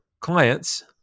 clients